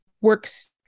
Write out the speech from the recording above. works